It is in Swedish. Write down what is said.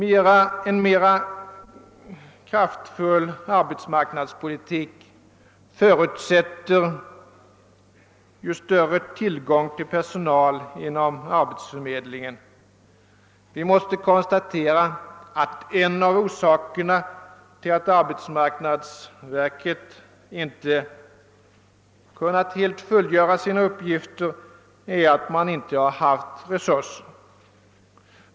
En mera kraftfull arbetsmarknadspolitik förutsätter ju större tillgång till personal inom arbetsförmedlingen. Vi måste konstatera att en av orsakerna till att arbetsmarknadsverket inte kunnat helt fullgöra sina uppgifter är att det inte har haft tillräckliga resurser.